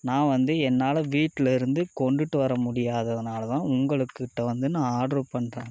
நான் வந்து என்னால் வீட்லருந்து கொண்டுட்டு வரமுடியாததுனால தான் உங்களுக்கிட்ட வந்து ஆர்ட்ரு பண்ணுறன்